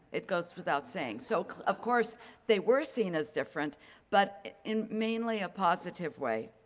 it goes without saying. so of course they were seen as different, but in mainly a positive way.